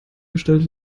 gestellt